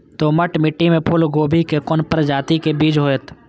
दोमट मिट्टी में फूल गोभी के कोन प्रजाति के बीज होयत?